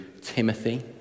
Timothy